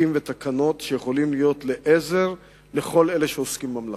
חוקים ותקנות שיכולים להיות לעזר לכל אלה שעוסקים במלאכה.